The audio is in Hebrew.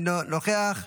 אינו נוכח,